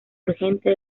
urgente